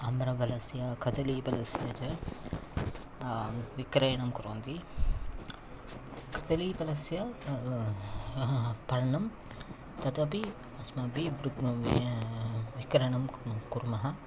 आम्रफलस्य कदलीफलस्य च विक्रयणं कुर्वन्ति कदलीफलस्य पर्णं तदपि अस्माभिः विक्रयणं कुर्मः